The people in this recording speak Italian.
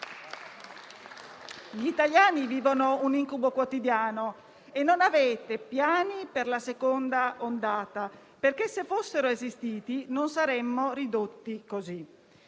Gli italiani vivono un incubo quotidiano e non avete piani per la seconda ondata, perché se fossero esistiti non saremmo ridotti così.